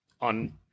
on